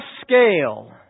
scale